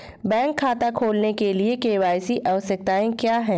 Bank खाता खोलने के लिए के.वाई.सी आवश्यकताएं क्या हैं?